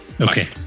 Okay